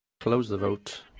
close the vote.